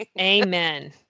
Amen